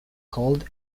hold